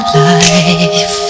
life